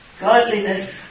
Godliness